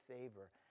favor